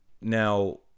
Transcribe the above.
now